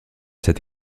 cette